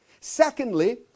Secondly